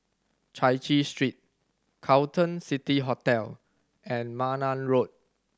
Chai Chee Street Carlton City Hotel and Malan Road